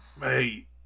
Mate